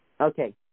okay